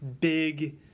big